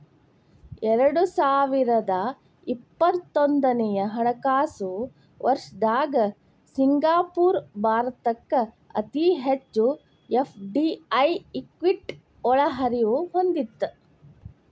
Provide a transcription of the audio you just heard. ಎರಡು ಸಾವಿರದ ಇಪ್ಪತ್ತೊಂದನೆ ಹಣಕಾಸು ವರ್ಷದ್ದಾಗ ಸಿಂಗಾಪುರ ಭಾರತಕ್ಕ ಅತಿ ಹೆಚ್ಚು ಎಫ್.ಡಿ.ಐ ಇಕ್ವಿಟಿ ಒಳಹರಿವು ಹೊಂದಿತ್ತ